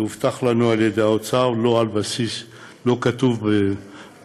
והובטח לנו על ידי האוצר, זה לא כתוב בתקנות,